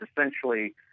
essentially